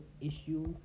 issue